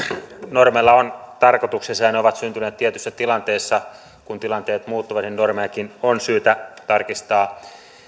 normeilla on tarkoituksensa ja ne ovat syntyneet tietyssä tilanteessa kun tilanteet muuttuvat niin normejakin on syytä tarkistaa